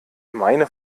meine